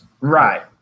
Right